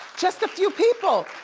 just a few people,